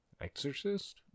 Exorcist